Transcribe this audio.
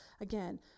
again